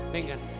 Vengan